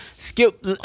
Skip